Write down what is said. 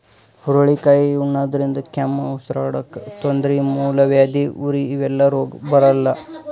ಹುರಳಿಕಾಯಿ ಉಣಾದ್ರಿನ್ದ ಕೆಮ್ಮ್, ಉಸರಾಡಕ್ಕ್ ತೊಂದ್ರಿ, ಮೂಲವ್ಯಾಧಿ, ಉರಿ ಇವೆಲ್ಲ ರೋಗ್ ಬರಲ್ಲಾ